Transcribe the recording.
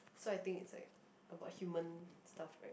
so I think is like about human stuff right